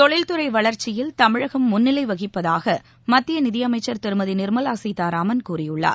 தொழில்துறை வளர்ச்சியில் தமிழகம் முன்னிலை வகிப்பதாக மத்திய நிதியமைச்சர் திருமதி நிர்மலா சீதாராமன் கூறியுள்ளார்